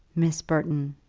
miss burton,